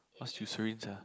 what's eucerin sia